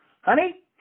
honey